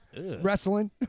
Wrestling